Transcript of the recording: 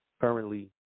currently